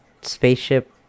spaceship